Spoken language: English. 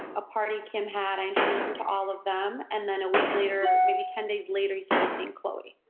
a party kim had, i introduced him to all of them. and then a week later, maybe ten days later, he started seeing khloe.